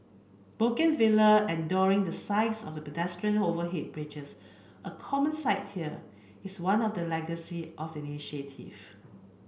bougainvillea adorning the sides of pedestrian overhead bridges a common sight here is one of the legacy of the initiative